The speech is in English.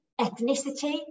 ethnicity